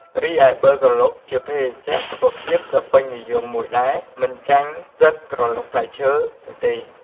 រីឯប័រក្រឡុកជាភេសជ្ជៈសុខភាពដ៏ពេញនិយមមួយដែរ មិនចាញ់ទឹកក្រឡុកផ្លែឈើនោះទេ។